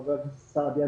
חבר הכנסת סעדי.